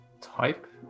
Type